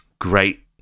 great